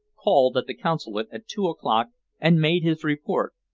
called at the consulate at two o'clock and made his report,